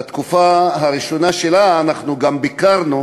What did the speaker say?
בתקופה הראשונה שלה אנחנו גם ביקרנו